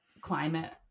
climate